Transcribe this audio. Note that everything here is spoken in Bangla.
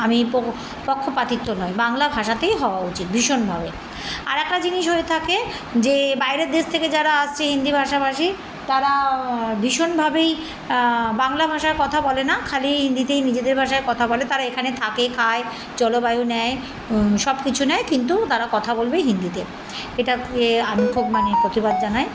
আমি পক্ষপাতিত্ব নয় বাংলা ভাষাতেই হওয়া উচিত ভীষণভাবে আর একটা জিনিস হয়ে থাকে যে বাইরের দেশ থেকে যারা আসছে হিন্দি ভাষাভাষী তারা ভীষণভাবেই বাংলা ভাষায় কথা বলে না খালি হিন্দিতেই নিজেদের ভাষায় কথা বলে তারা এখানে থাকে খায় জলবায়ু নেয় সব কিছু নেয় কিন্তু তারা কথা বলবে হিন্দিতে এটা এ আমি খুব মানে প্রতিবাদ জানায়